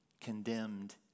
condemned